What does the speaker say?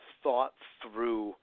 thought-through